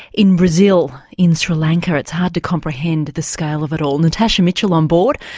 in brazil, in sri lanka. it's hard to comprehend the scale of it all. natasha mitchell on board,